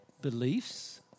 beliefs